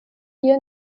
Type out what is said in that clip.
hier